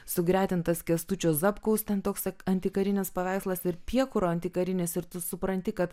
sugretintas kęstučio zapkaus ten toks antikarinis paveikslas ir piekuro antikarinis ir tu supranti kad